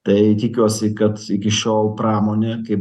tai tikiuosi kad iki šiol pramonė kaip